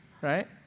Right